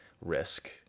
risk